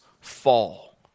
fall